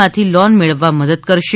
માંથી લોન મેળવવા મદદ કરશે